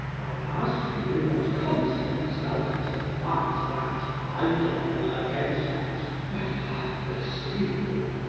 i ask thee with what conscience thou canst advance that idol against us, that have the seal?